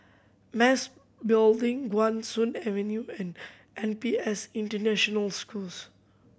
Mas Building Guan Soon Avenue and N P S International School